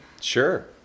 Sure